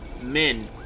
men